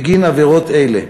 בגין עבירות אלה.